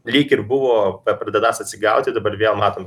lyg ir buvo bepradedąs atsigauti dabar vėl matom